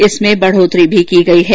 इसमें बढ़ोतरी भी की गयी है